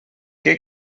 què